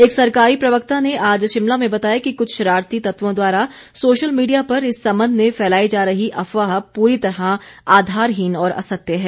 एक सरकारी प्रवक्ता ने आज शिमला में बताया कि कुछ शरारती तत्वों द्वारा सोशल मीडिया पर इस संबंध में फैलाई जा रही अफवाह पूरी तरह आधारहीन और असत्य है